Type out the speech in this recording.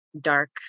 dark